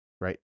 Right